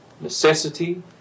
necessity